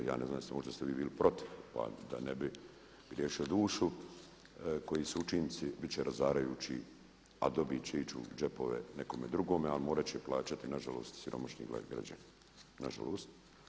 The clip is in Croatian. Je ne znam, možda ste vi bili protiv da ne bi griješio dušu koji su učinci bit će razarajući, a dobit će ići u džepove nekome drugome, a morat će plaćati nažalost siromašni građani, nažalost.